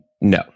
no